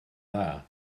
dda